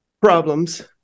problems